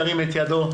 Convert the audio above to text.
ירים את ידו.